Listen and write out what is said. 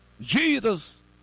Jesus